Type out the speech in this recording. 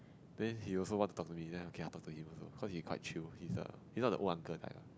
then he also want to talk to me then I okay lah I also talk to him cause he quite chill he is err he not the old uncle type lah